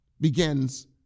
begins